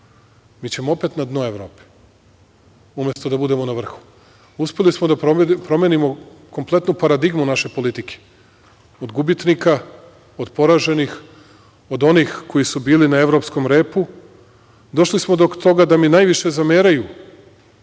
mi ćemo opet na dno Evrope, umesto da budemo na vrhu. Uspeli smo da promenimo kompletnu paradigmu naše politike. Od gubitnika, od poraženih, od onih koji su bili na evropskom repu, došli smo do toga da mi najviše zameraju,